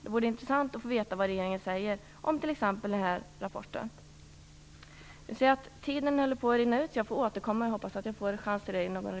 Det vore intressant att få veta vad regeringen säger om t.ex. den här rapporten. Jag ser att tiden håller på att rinna ut, så jag får återkomma senare.